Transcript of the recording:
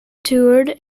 toured